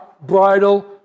bridal